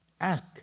ask